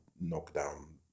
knockdown